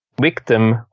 victim